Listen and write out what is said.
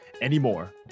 anymore